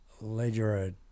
Ledger